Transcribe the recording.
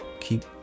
keep